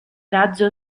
razzo